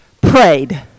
prayed